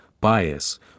bias